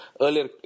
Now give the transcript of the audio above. earlier